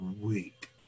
week